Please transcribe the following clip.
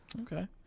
Okay